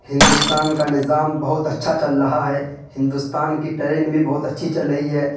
ہندوستان کا نظام بہت اچھا چل رہا ہے ہندوستان کی ٹرین بھی بہت اچھی چل رہی ہے